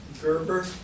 Gerber